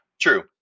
True